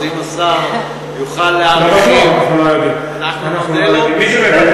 אז אם השר יוכל להרחיב, אנחנו נודה לו.